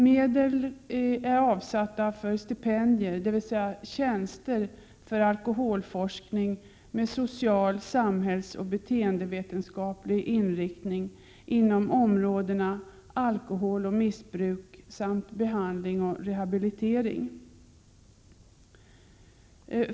Medel har avsatts för stipendier, dvs. tjänster för alkoholforskning med social-, samhällsoch beteendevetenskaplig inriktning inom områdena alkohol och missbruk samt behandling och rehabilitering.